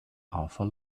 arthur